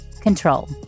control